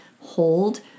Hold